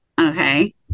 okay